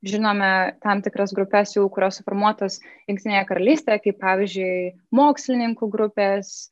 žinome tam tikras grupes jau kurios suformuotas jungtinėje karalystėje kaip pavyzdžiui mokslininkų grupės